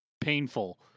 painful